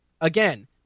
Again